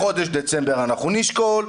בחודש דצמבר אנחנו נשקול',